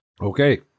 Okay